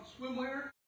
swimwear